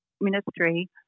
ministry